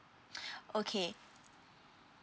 okay